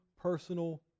personal